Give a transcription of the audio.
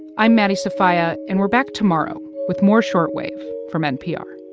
i'm maddie sofia, and we're back tomorrow with more short wave from npr